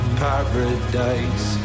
paradise